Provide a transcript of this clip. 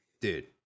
dude